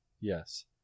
Yes